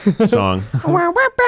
song